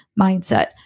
mindset